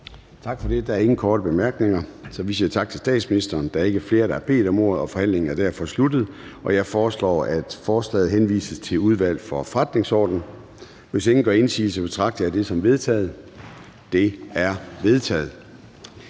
Tak for det. Der er ingen korte bemærkninger, så vi siger tak til statsministeren. Da der ikke er flere, der har bedt om ordet, er forhandlingen sluttet. Jeg foreslår, at forslaget henvises til Udvalget for Forretningsordenen. Hvis ingen gør indsigelse, betragter jeg det som vedtaget. Det er vedtaget.